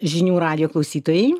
žinių radijo klausytojai